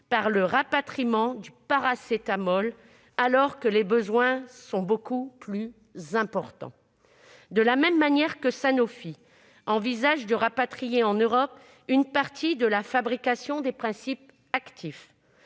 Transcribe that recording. que pour le paracétamol, alors que les besoins sont beaucoup plus importants. De la même manière, Sanofi envisage de rapatrier en Europe une partie de la fabrication des principes actifs.